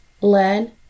learn